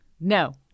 No